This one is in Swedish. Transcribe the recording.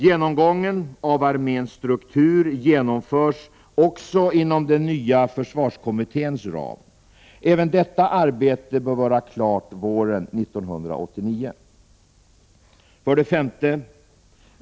Genomgången av arméns struktur genomförs också inom den nya försvarskommitténs ram. Även detta arbete bör vara klart våren 1989. 17 För det femte.